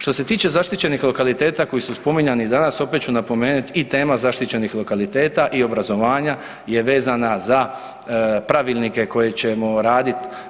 Što se tiče zaštićenih lokaliteta koji su spominjani danas, opet ću napomenut i tema zaštićenih lokaliteta i obrazovanja je vezana za pravilnike koji ćemo raditi.